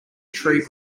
tree